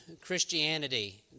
Christianity